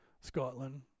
Scotland